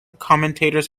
commentators